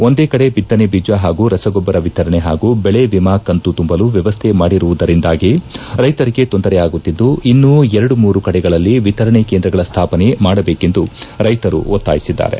ಒಂದೇ ಕಡೆ ಬಿತ್ತನೆ ಬೀಜ ಹಾಗೂ ರಸಗೊಬ್ಬರ ವಿತರಣೆ ಹಾಗೂ ಬೆಳೆ ವಿಮಾ ಕಂತು ತುಂಬಲು ವ್ಯವಸ್ಥೆ ಮಾಡಿರುವುದರಿಂದಾಗಿ ರೈತರಿಗೆ ತೊಂದರೆ ಆಗುತ್ತಿದ್ದು ಇನ್ನು ಎರಡು ಮೂರು ಕಡೆಗಳಲ್ಲಿ ವಿತರಣೆ ಕೇಂದ್ರಗಳ ಸ್ನಾಪನೆ ಮಾಡಬೇಕೆಂದು ರೈತರು ಒತ್ತಾಯಿಸಿದ್ದಾರೆ